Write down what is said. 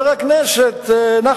אוקיי,